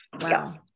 Wow